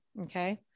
Okay